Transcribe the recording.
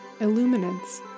Illuminance